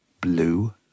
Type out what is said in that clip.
blue